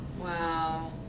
Wow